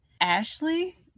Ashley